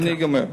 אני גומר.